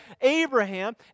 Abraham